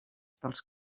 dels